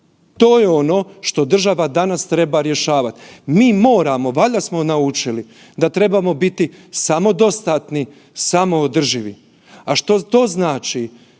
To je ono što država danas treba rješavat. Mi moramo, valjda smo naučili da trebamo biti samodostatni, samoodrživi. To znači